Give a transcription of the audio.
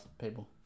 people